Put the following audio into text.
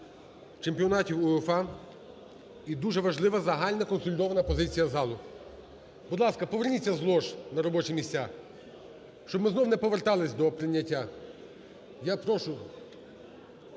чемпіонату УЄФА. І дуже важлива загальна консолідована позиція залу. Будь ласка, поверніться з лож на робочі місця, щоб ми знову не повертались до прийняття. Я прошу.